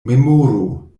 memoru